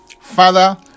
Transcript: Father